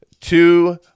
two